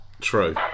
True